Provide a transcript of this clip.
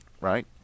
right